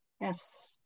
Yes